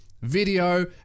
Video